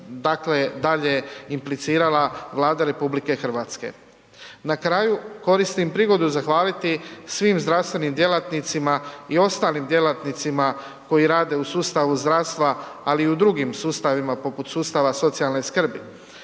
i dalje implicirala Vlada RH. Na kraju koristim prigodu zahvaliti svim zdravstvenim djelatnicima i ostalim djelatnicima koji rade u sustavu zdravstva, ali i u drugim sustavima poput sustava socijalne skrbi.